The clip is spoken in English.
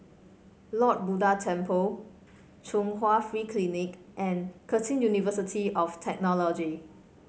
Lord Buddha Temple Chung Hwa Free Clinic and Curtin University of Technology